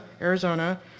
Arizona